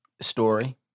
Story